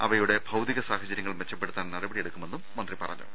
അവയുടെ ഭൌതിക സാഹചര്യങ്ങൾ മെച്ചപ്പെടുത്താൻ നടപടിയെടുക്കുമെന്നും മന്ത്രി പറഞ്ഞു